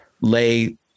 lay